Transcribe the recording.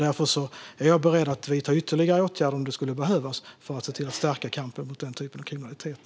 Därför är jag beredd att vidta ytterligare åtgärder om det skulle behövas för att stärka kampen mot sådan kriminalitet.